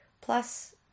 plus